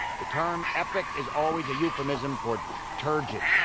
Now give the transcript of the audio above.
the term epic is always a euphemism for turgid.